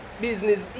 business